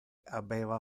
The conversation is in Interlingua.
habeva